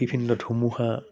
বিভিন্ন ধুমুহা